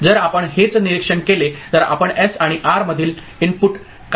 जर आपण हेच निरीक्षण केले तर आपण एस आणि आर मधील इनपुट काय शोधू शकतो